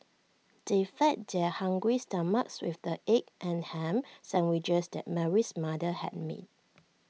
they fed their hungry stomachs with the egg and Ham Sandwiches that Mary's mother had made